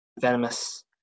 venomous